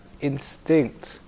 instinct